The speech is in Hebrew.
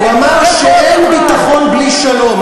הוא אמר שאין ביטחון בלי שלום.